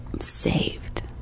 saved